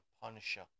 Punisher